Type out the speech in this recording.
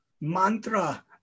Mantra